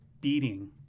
beating